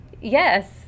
Yes